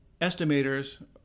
estimators